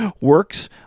works